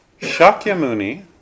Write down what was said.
Shakyamuni